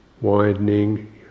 widening